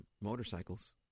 Motorcycles